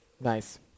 nice